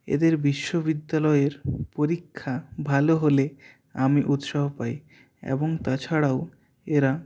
এদের বিশ্ববিদ্যালয়ের পরীক্ষা ভালো হলে আমি উৎসাহ পাই এবং তাছাড়াও এরা